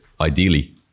ideally